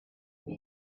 pour